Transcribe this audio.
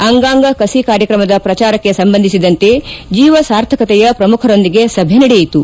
ಅಂಗಾಂಗ ಕಸಿ ಕಾರ್ಯಕ್ರಮದ ಪ್ರಚಾರಕ್ಕೆ ಸಂಬಂಧಿಸಿದಂತೆ ಜೀವಸಾರ್ಥಕತೆಯ ಪ್ರಮುಖರೊಂದಿಗೆ ಸಭೆ ನಡೆಯಿತು